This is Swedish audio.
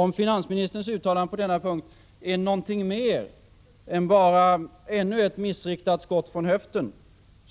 Om finansministerns uttalande på denna punkt är något mer än ännu ett missriktat skott från höften,